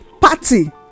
party